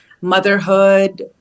motherhood